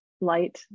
light